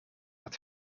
had